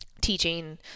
teaching